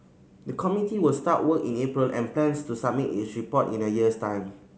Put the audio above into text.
the committee will start work in April and plans to submit its report in a year's time